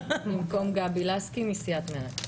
אני מצביעה במקום גבי לסקי מסיעת מרצ.